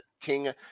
King